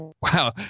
Wow